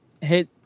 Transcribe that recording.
hit